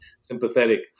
sympathetic